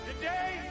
Today